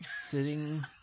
sitting